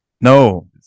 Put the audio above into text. no